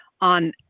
on